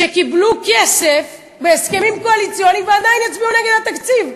שקיבלו כסף בהסכמים קואליציוניים ועדיין יצביעו נגד התקציב.